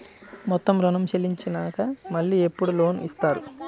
మొత్తం ఋణం చెల్లించినాక మళ్ళీ ఎప్పుడు లోన్ ఇస్తారు?